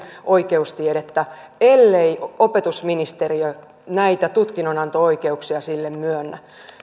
oikeustiedettä ellei opetusministeriö näitä tutkinnonanto oikeuksia sille myönnä